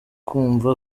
kumva